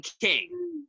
King